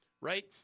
right